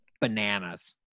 Bananas